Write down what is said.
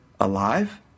alive